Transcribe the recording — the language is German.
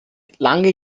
lange